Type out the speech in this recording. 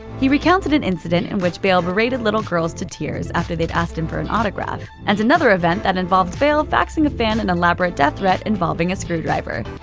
he recounted an incident in which bale berated little girls to tears after they'd asked him for an autograph, and another event that involved bale faxing a fan an elaborate death threat involving a screwdriver.